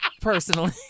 Personally